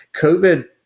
COVID